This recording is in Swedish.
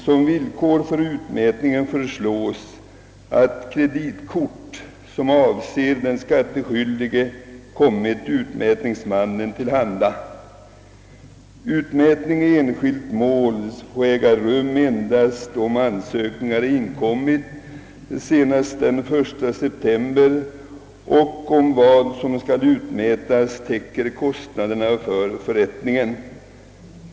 Som villkor för utmätning föreslås att kreditkort som avser den skattskyldige kommit utmätningsmannen till handa. Utmätning i enskilt mål får äga rum endast om ansökningen inkommit senast den 1 september och om vad som kan utmätas täcker kostnaderna för förrättningen.